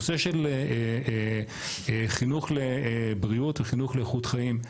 נושא של חינוך לבריאות וחינוך לאיכות חיים,